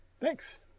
Thanks